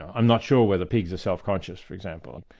i'm not sure whether pigs are self-conscious for example.